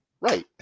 Right